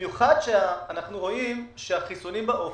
במיוחד כאשר אנחנו רואים שהחיסונים באופק.